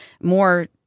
more